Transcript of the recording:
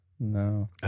No